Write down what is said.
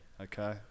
Okay